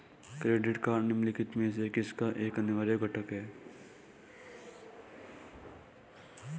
Credit card निम्नलिखित में से किसका एक अनिवार्य घटक है?